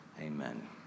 amen